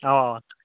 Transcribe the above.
اَوا اَوا